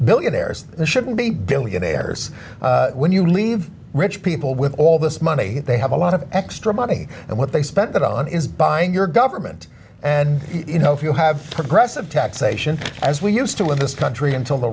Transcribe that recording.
billionaires shouldn't be billionaires when you leave rich people with all this money they have a lot of extra money and what they spend it on is buying your government and you know if you have progressive taxation as we used to in this country until the